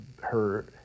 hurt